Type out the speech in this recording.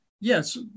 yes